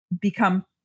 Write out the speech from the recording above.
become